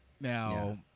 Now